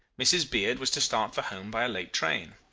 mrs. beard was to start for home by a late train.